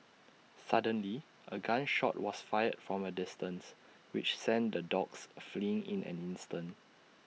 suddenly A gun shot was fired from A distance which sent the dogs fleeing in an instant